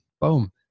boom